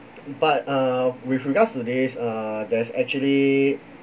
but err with regards to this err there's actually